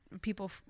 people